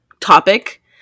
topic